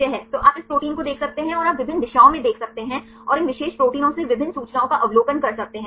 तो आप इस प्रोटीन को देख सकते हैं और आप विभिन्न दिशाओं में देख सकते हैं और इन विशेष प्रोटीनों से विभिन्न सूचनाओं का अवलोकन कर सकते हैंसही